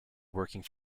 working